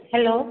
hello